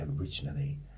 originally